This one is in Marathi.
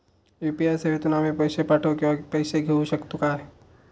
यू.पी.आय सेवेतून आम्ही पैसे पाठव किंवा पैसे घेऊ शकतू काय?